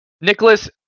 Nicholas